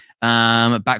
Back